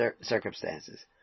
Circumstances